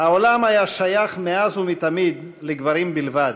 "העולם היה שייך מאז ומתמיד לגברים בלבד",